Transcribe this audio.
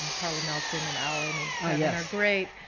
carla nelson and alan and great.